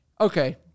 Okay